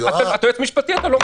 אתה יועץ משפטי, אתה לא רופא.